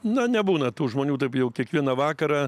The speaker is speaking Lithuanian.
na nebūna tų žmonių taip jau kiekvieną vakarą